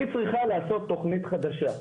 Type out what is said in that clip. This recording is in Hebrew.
היא צריכה לעשות תכנית חדשה.